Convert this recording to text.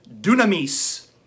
dunamis